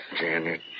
Janet